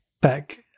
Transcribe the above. back